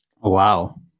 Wow